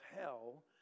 hell